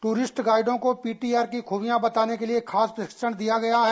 tourist गाइडों को PTR की खूबिया बताने के लिए खास प्रशिक्षण दिया गया है